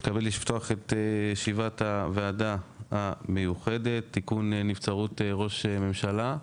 אני מתכבד לפתוח את ישיבת הוועדה המיוחדת תיקון נבצרות ראש ממשלה.